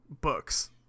books